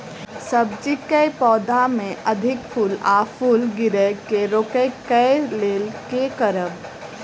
सब्जी कऽ पौधा मे अधिक फूल आ फूल गिरय केँ रोकय कऽ लेल की करब?